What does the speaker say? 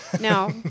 No